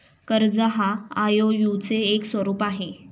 कर्ज हा आई.ओ.यु चे एक स्वरूप आहे